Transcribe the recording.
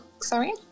sorry